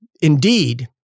Indeed